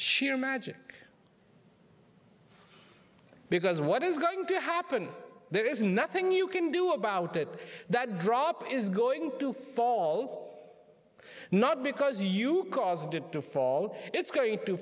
sheer magic because what is going to happen there is nothing you can do about it that drop is going to fall not because you caused it to fall it's going to